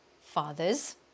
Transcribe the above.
fathers